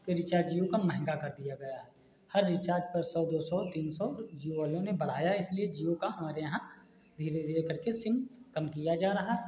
का रीचार्ज जिओ का महँगा कर दिया गया है हर रीचार्ज पर सौ दो सौ तीन सौ जिओ वालों ने बढ़ाया है इसलिए जिओ का हमारे यहाँ धीरे धीरे करके सिम कम किया जा रहा है